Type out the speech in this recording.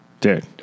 Dude